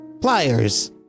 pliers